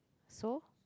so